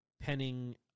penning